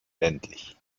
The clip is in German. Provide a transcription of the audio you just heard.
endlich